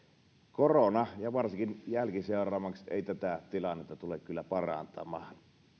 korona ja varsinkin jälkiseuraamukset eivät tätä tilannetta tule kyllä parantamaan